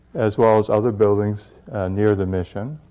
as well as other buildings near the mission.